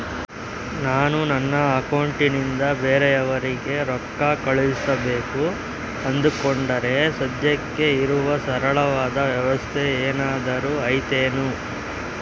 ನಾನು ನನ್ನ ಅಕೌಂಟನಿಂದ ಬೇರೆಯವರಿಗೆ ರೊಕ್ಕ ಕಳುಸಬೇಕು ಅಂದುಕೊಂಡರೆ ಸದ್ಯಕ್ಕೆ ಇರುವ ಸರಳವಾದ ವ್ಯವಸ್ಥೆ ಏನಾದರೂ ಐತೇನು?